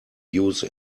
use